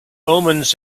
omens